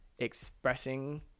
expressing